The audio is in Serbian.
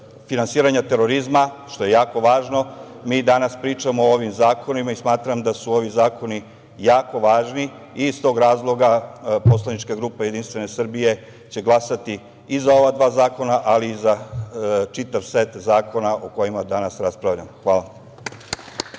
finansiranja terorizma, što je jako važno, mi danas pričamo o ovim zakonima i smatram da su ovi zakoni jako važni. Iz tog razloga poslanička grupa Jedinstvene Srbije će glasati i za ova dva zakona, ali i za čitav set zakona o kojima danas raspravljamo. Hvala.